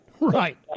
right